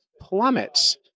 plummets